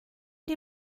die